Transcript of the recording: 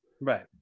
Right